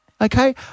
Okay